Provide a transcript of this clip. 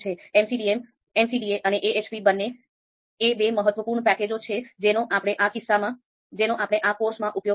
MCDA અને AHP બંને એ બે મહત્વપૂર્ણ પેકેજો છે જેનો આપણે આ કોર્સમાં ઉપયોગ કરીશું